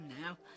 now